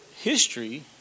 history